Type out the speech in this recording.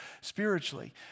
spiritually